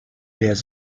has